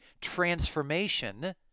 transformation